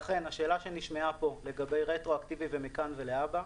לכן השאלה שנשמעה פה לגבי רטרואקטיבית מכאן ולהבא,